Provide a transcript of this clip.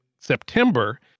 September